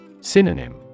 Synonym